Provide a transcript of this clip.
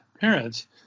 parents